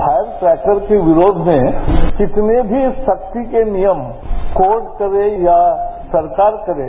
fire cracker के विरोध में कितने भी सख्ती के नियम कोर्ट करे या सरकार करे